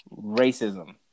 racism